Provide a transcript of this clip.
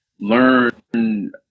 learn